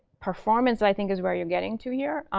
performance i think is where you're getting to here.